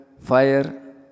fire